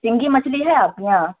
سینگھی مچھلی ہے آپ کے یہاں